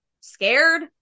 scared